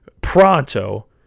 pronto